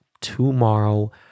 tomorrow